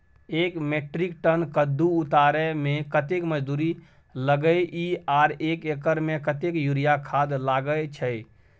एक metric ton कद्दू उतारे में कतेक मजदूरी लागे इ आर एक एकर में कतेक यूरिया खाद लागे छै?